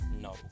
No